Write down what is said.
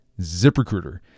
ZipRecruiter